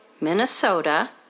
Minnesota